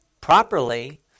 properly